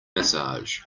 massage